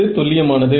இது துல்லியமானது